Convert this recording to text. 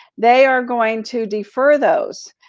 they are going to defer those.